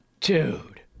dude